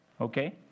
okay